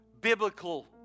biblical